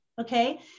Okay